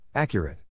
Accurate